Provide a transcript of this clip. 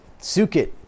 Sukit